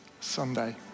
Sunday